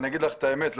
אגיד לך את האמת,